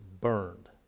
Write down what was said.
burned